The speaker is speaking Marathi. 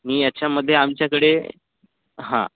आणि याच्यामध्ये आमच्याकडे हां